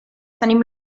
tenim